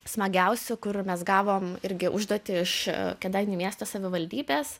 smagiausių kur mes gavom irgi užduotį iš kėdainių miesto savivaldybės